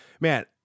man